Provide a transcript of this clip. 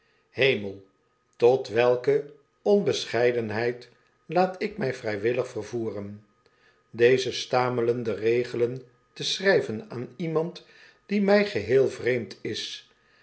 hemel l tot welke onbescheidenheid laat ik my vrywillig vervoeren deze stamelenderegelen te schry ven aan iemand die mi geheel vreemd is